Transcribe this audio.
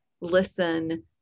listen